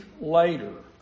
later